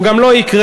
הוא גם לא יקרה,